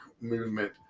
movement